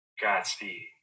Godspeed